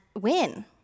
win